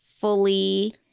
fully